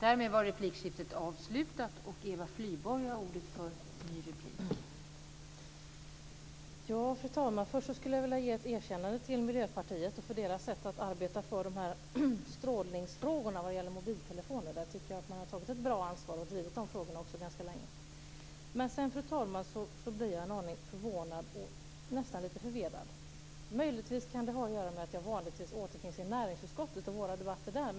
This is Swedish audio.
Fru talman! Först skulle jag vilja ge ett erkännande till Miljöpartiet för sättet att arbeta med frågan om strålning från mobiltelefoner. Jag tycker att miljöpartisterna har tagit ett bra ansvar, och de har också drivit de här frågorna ganska länge. Fru talman! Jag blir en aning förvånad och nästan lite förvirrad. Det kan möjligtvis ha att göra med att jag vanligtvis återfinns i näringsutskottet och i våra debatter där.